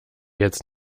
jetzt